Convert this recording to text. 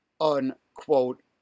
unquote